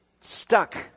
stuck